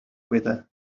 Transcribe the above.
weather